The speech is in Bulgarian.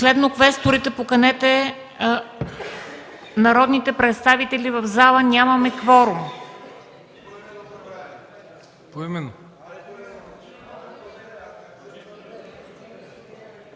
Последно, квесторите, поканете народните представители в залата, нямаме кворум.